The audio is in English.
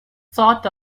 sort